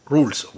Rules